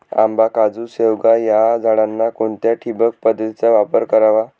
आंबा, काजू, शेवगा या झाडांना कोणत्या ठिबक पद्धतीचा वापर करावा?